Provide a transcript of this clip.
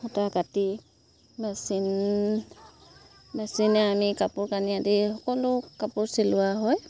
সূতা কাটি মেচিন মেচিনে আমি কাপোৰ কানি আদি সকলো কাপোৰ চিলোৱা হয়